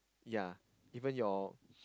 yea even your